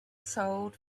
sold